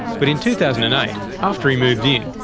but in two thousand and eight, after he moved in,